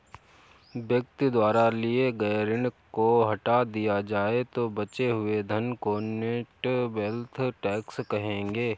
व्यक्ति द्वारा लिए गए ऋण को हटा दिया जाए तो बचे हुए धन को नेट वेल्थ टैक्स कहेंगे